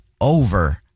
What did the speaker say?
over